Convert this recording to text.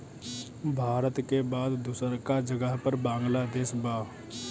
भारत के बाद दूसरका जगह पर बांग्लादेश बा